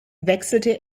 wechselte